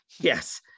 Yes